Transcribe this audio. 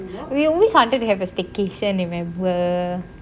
we always wanted to have a staycation remember